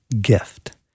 gift